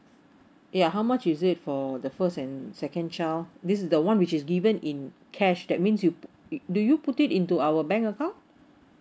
ya how much is it for the first and second child this is the one which is given in cash that means you p~ do you put it into our bank account